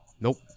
Nope